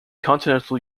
continental